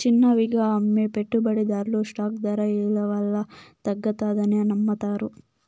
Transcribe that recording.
చిన్నవిగా అమ్మే పెట్టుబడిదార్లు స్టాక్ దర ఇలవల్ల తగ్గతాదని నమ్మతారు